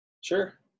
Sure